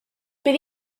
bydd